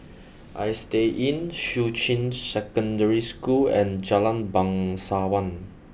Istay Inn Shuqun Secondary School and Jalan Bangsawan